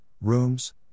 rooms